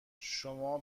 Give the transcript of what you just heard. شما